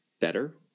better